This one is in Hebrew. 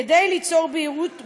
כדי ליצור בהירות,